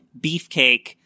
Beefcake